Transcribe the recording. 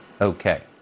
Okay